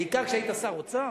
בעיקר כשהיית שר אוצר,